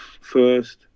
first